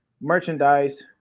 merchandise